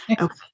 Okay